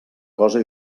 cosa